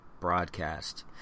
broadcast